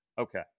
Okay